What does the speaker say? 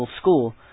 school